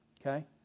Okay